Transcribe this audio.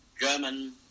German